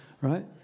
right